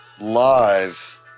live